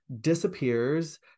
disappears